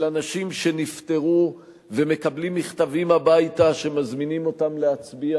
אנשים שנפטרו מקבלים מכתבים הביתה שמזמינים אותם להצביע,